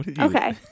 Okay